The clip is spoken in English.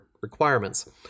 requirements